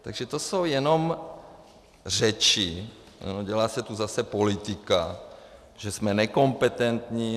Takže to jsou jenom řeči, dělá se tu zase politika, že jsme nekompetentní.